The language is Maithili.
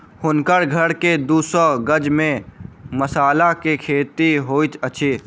हुनकर घर के दू सौ गज में मसाला के खेती होइत अछि